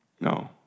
No